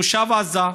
תושב עזה,